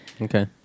Okay